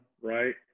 right